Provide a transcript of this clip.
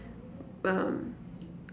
um